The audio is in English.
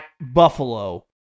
Buffalo